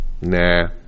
Nah